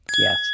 Yes